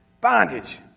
Bondage